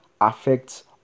affects